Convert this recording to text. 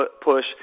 push